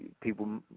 people